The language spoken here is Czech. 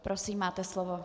Prosím, máte slovo.